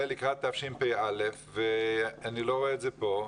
לקראת תשפ"א ואני לא רואה את זה פה.